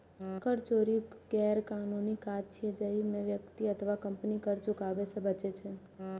कर चोरी गैरकानूनी काज छियै, जाहि मे व्यक्ति अथवा कंपनी कर चुकाबै सं बचै छै